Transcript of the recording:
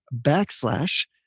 backslash